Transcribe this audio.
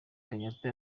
kenyatta